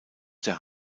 der